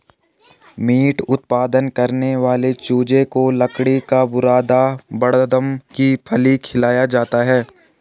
meet उत्पादन करने वाले चूजे को लकड़ी का बुरादा बड़दम की फली खिलाया जाता है